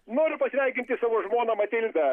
noriu pasveikinti savo žmoną matildą